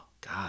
God